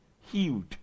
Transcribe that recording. healed